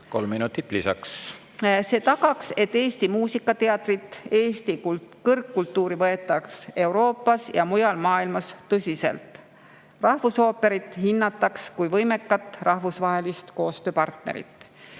Kolm minutit lisaks. See tagaks, et Eesti muusikateatrit, Eesti kõrgkultuuri võetaks Euroopas ja mujal maailmas tõsiselt, rahvusooperit hinnataks kui võimekat rahvusvahelist koostööpartnerit. Eesti